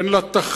אין לה תכלית